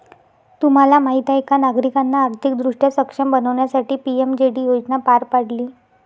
तुम्हाला माहीत आहे का नागरिकांना आर्थिकदृष्ट्या सक्षम बनवण्यासाठी पी.एम.जे.डी योजना पार पाडली